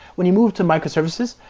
when you move to microservices,